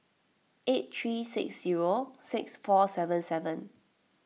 eight three six zero six four seven seven